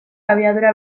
abiadura